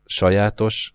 sajátos